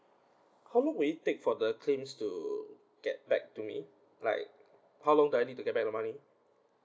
how long will it take for the claims to get back to me like how long do I need to get back the money